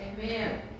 Amen